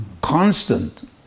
constant